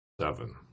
seven